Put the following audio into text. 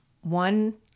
one